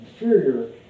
inferior